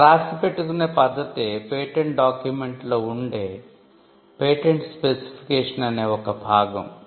అలా రాసి పెట్టుకునే పద్ధతే పేటెంట్ డాక్యుమెంట్ లో వుండే పేటెంట్ స్పెసిఫికేషన్ అనే ఒక భాగం